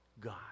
God